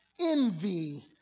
envy